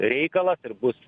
reikalas ir bus